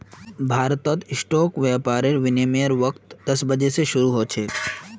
भारतत स्टॉक व्यापारेर विनियमेर वक़्त दस बजे स शरू ह छेक